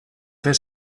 fer